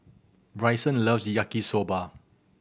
Brycen loves Yaki Soba